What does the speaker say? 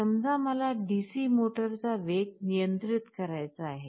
समजा मला DC मोटरचा वेग नियंत्रित करायचा आहे